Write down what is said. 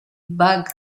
bug